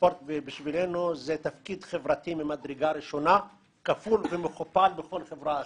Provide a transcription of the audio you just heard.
ספורט בשבילנו זה תפקיד חברתי ממדרגה ראשונה כפול מכופל מכל חברה אחרת.